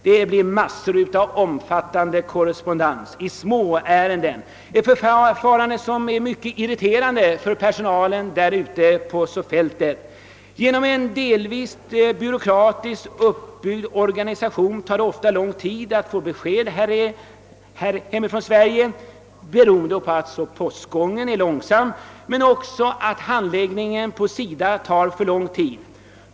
Det blir mycket omfattande korrespondens i småärenden — ett förfarande som är mycket irriterande för personalen på fältet. Till följd av en organisation som delvis är byråkratiskt uppbyggd tar det ofta lång tid att få besked från ' Sverige. Postgången är långsam och handläggningen inom SIDA tar också för lång tid.